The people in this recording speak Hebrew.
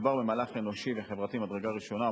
מדובר במהלך אנושי וחברתי ממדרגה ראשונה,